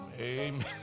amen